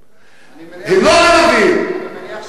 אני מניח שיש כמה סיבות.